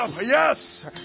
Yes